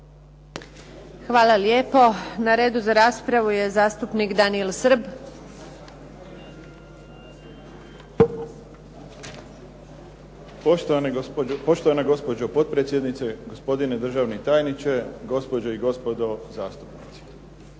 Hvala lijepo. Na redu za raspravu je zastupnik Daniel Srb. **Srb, Daniel (HSP)** Poštovana gospođo potpredsjednice, gospodine državni tajniče, gospođe i gospodo zastupnici.